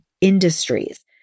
industries